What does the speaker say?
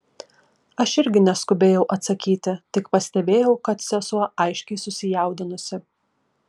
aš irgi neskubėjau atsakyti tik pastebėjau kad sesuo aiškiai susijaudinusi